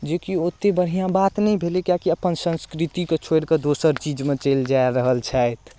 जेकि ओतेक बढ़िआँ बात नहि भेलै किएकि अपन संस्कृतिकेँ छोड़ि कऽ दोसर चीजमे चलि जा रहल छथि